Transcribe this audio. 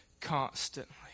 constantly